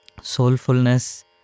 soulfulness